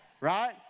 right